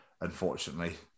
unfortunately